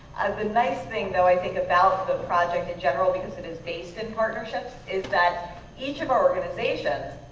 the nice thing though i think about the project in general, because it is based in partnerships is that each of our organizations,